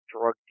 drug